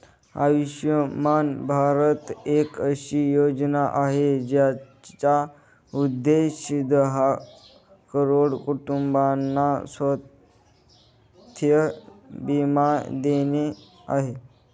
आयुष्यमान भारत एक अशी योजना आहे, ज्याचा उद्देश दहा करोड कुटुंबांना स्वास्थ्य बीमा देणे आहे